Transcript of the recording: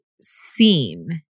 seen